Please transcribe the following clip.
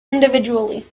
individually